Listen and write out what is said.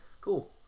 cool